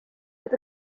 with